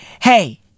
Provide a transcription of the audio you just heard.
hey